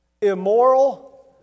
immoral